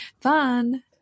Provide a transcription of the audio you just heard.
fun